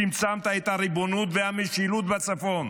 צמצמת את הריבונות והמשילות בצפון,